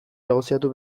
negoziatu